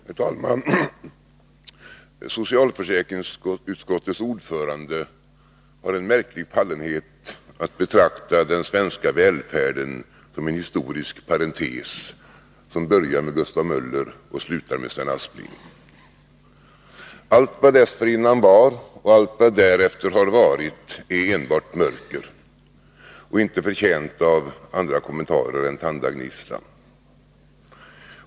Herr talman! Socialförsäkringsutskottets ordförande har en märklig fallenhet för att betrakta den svenska välfärden som en historisk parentes som börjar med Gustav Möller och slutar med Sven Aspling. Allt vad dessförinnan var och allt vad därefter har varit är enbart mörker och inte förtjänt av andra kommentarer än tandagnisslan.